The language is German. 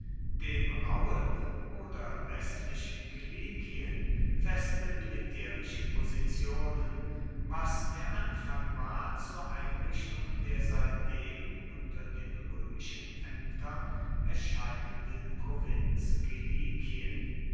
dem rauhen oder westlichen kilikien feste militärische positionen was der anfang war zur einrichtung der seitdem unter den römischen ämtern erscheinenden provinz